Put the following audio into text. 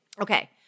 Okay